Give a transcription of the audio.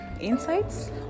insights